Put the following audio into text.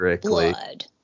blood